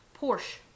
Porsche